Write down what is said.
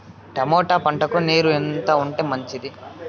Tomato పంటకు నీరు ఎంత ఉంటే మంచిది?